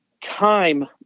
Time